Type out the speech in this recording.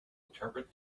interpret